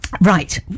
Right